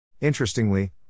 Interestingly